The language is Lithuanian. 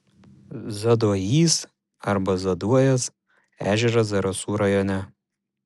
zaduojys arba zaduojas ežeras zarasų rajone